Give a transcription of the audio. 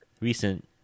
recent